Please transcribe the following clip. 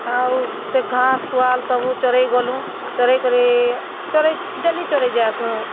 ଆଉ ସେ ଘାସ୍ ପୁଆଲ୍ ସବୁ ଚରାଇ ଗଲୁ ଚରାଇ କରି ଚରାଇ ଡ଼େଲି ଚରାଇ ଯାଏସୁଁ